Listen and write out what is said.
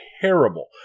terrible